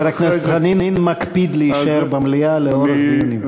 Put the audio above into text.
חבר הכנסת חנין מקפיד להישאר במליאה לאורך דיונים.